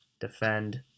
defend